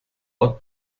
ort